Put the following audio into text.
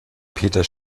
peter